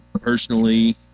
personally